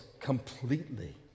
completely